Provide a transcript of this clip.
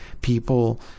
people